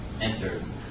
enters